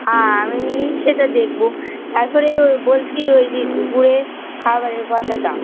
হ্যাঁ আমি সেটা দেখব তারপরে ওই বলছি ওই যে দুপুরে খাবারের কথাটা